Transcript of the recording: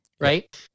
right